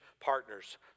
partners